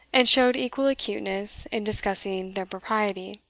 and showed equal acuteness in discussing their propriety.